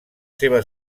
seva